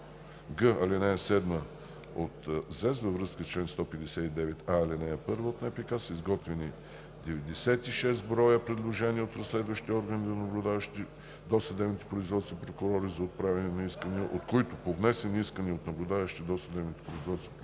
ал. 7 от ЗЕС във връзка с чл. 159а, ал. 1 от НПК са изготвени 96 броя предложения от разследващите органи до наблюдаващи досъдебните производства прокурори за отправяне на искания, от които по внесени искания от наблюдаващи досъдебните производства прокурори